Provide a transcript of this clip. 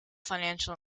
financial